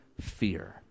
fear